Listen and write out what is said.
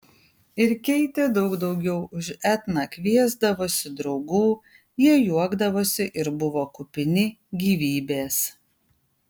ir keitė daug daugiau už etną kviesdavosi draugų jie juokdavosi ir buvo kupini gyvybės